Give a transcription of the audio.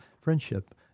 friendship